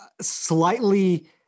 slightly